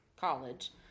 college